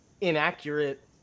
inaccurate